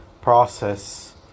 process